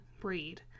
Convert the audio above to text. breed